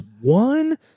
one